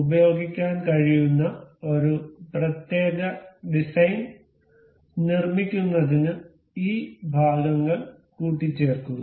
ഉപയോഗിക്കാൻ കഴിയുന്ന ഒരു പ്രത്യേക ഡിസൈൻ നിർമ്മിക്കുന്നതിന് ആ ഭാഗങ്ങൾ കൂട്ടിച്ചേർക്കുക